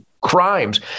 crimes